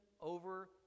over